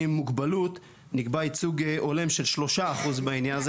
עם מוגבלות נקבע ייצוג הולם של 3% בעניין הזה,